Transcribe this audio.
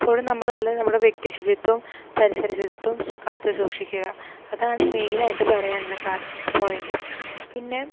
എപ്പോഴും നമ്മൾ നല്ല നമ്മുടെ വ്യക്തി ശുചിത്വം പരിസര ശുചിത്വം കാത്തു സൂക്ഷിക്കുക അതാണ് മെയിനായിട്ട് പറയാനുള്ള കാ പോയൻ്റ് പിന്നെ